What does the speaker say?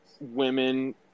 women